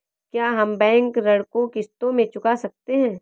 क्या हम बैंक ऋण को किश्तों में चुका सकते हैं?